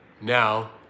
Now